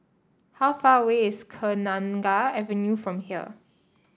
how far away is Kenanga Avenue from here